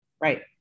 Right